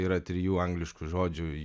yra trijų angliškų žodžių